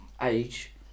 age